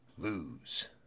Lose